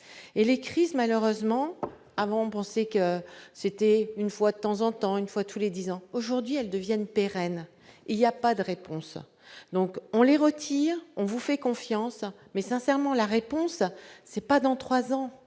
et les crises malheureusement avant on pensait que c'était une fois de temps en temps, une fois tous les 10 ans, aujourd'hui elle devienne pérenne, il y a pas de réponse, donc on les retire, on vous fait confiance, mais sincèrement, la réponse c'est pas dans 3 ans,